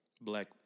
black